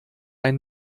ein